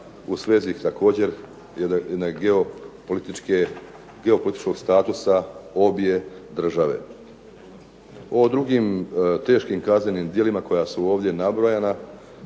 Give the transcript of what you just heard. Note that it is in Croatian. u svezi također jedne geopolitičkog statusa obje države. O drugim teškim kaznenim djelima koja su ovdje nabrojana